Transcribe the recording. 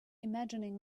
imagining